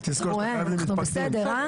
רואה אנחנו בסדר, אה.